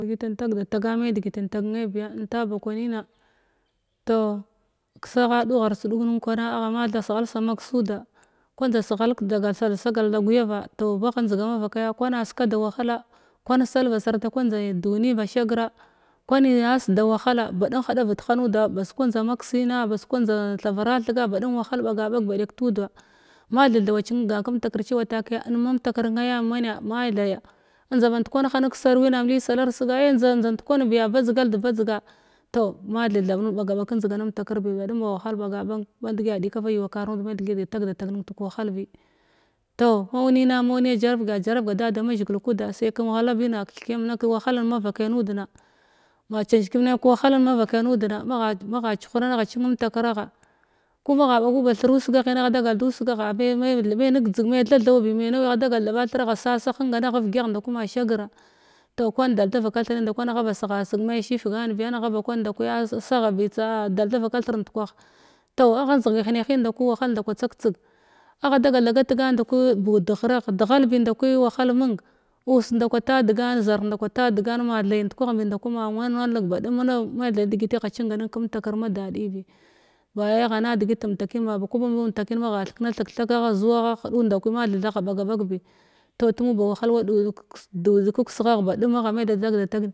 Degitin tagda taga me degit intagna iya inta ba kwanina toh kessagha dughars ɗug nin kwana agha mathai seghals sa maksuda kwan njda seghal kadaga sal sagal da guyava toh bagha njdiga mavakaya kwana sekada wahala kwan sal ba sar takwan ei duni ba shagra kwani a seda wahala badium haɗavet hadeg nuda bazkwa njda maksina baz kwa njdamn thavara dethaga baɗum wahal ɓaga ɓagba dekk tuda ma thei thawa cingan kamtakr cewa takiya un matakr naya am emnna ma’i theya njda band kwan ha neksaruwina am li saral sega ai njdan ndkwan biya badzal debadzag toh ma thei tha nud kabaga kanjdiganem takr bi badum ba wahal ɓaga ɓag mandegi a dega tag da tag nin tu wahal bi toh maunima maunim jarabaga jarab sai kəm ghala bina kethkiyam na kəwa hala bina kethkiyam na kəwahalan mavakai nud na ma ce kiyamna kəwahalen mavakai nudna magha magha chuhrama agha cimin takragha ku magha ɓagu ba thira usgagina agha dagal duss gagha nadzig-m- me negdzeg me tha thau bi me nawi agha dagal da ɓa thiragha agha asasa henganagh ivgyagh ndakwi ma shagra toh kwan dal da baka thirninda kwa angha ba seghaseg mai shifgan bi angha ba kwan nda kwi ah saghabi tsa ah dalda vaka thir ndkwah toh agha njdiga henehinda ku wahal nda kwa tsak teg agha dagal da gat gan ndaku bu deghragh deghal bindaku wahal mung us nda kwa ta degan zarh ndakwa ta degan ma thei ndkwa bi ndaku wan wan nalneg baɗum ma the degit agha ceing cin kəmtakr ma dadibi ba wai agha na degit mtakin ma bu ku mam takakin magha theknathig rhak agha zuwa agha hubu nda kwi mathei thah agha ɓaga ɓag bi toh tumu ba wahal wa du-du da tukseghagh baɗum agha me tha tag da tag